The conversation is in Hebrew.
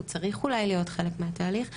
הוא צריך אולי להיות חלק מהתהליך.